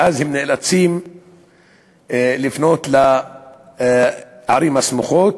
ואז הם נאלצים לפנות לערים הסמוכות,